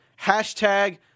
Hashtag